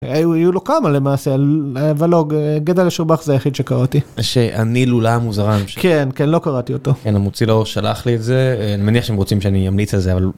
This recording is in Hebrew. היו לו כמה למעשה ולא גדל, אשר, באך זה היחיד שקראתי שאני לולאה מוזרה כן כן לא קראתי אותו המוציא לאור שלח לי את זה אני מניח שהם רוצים שאני אמליץ על זה.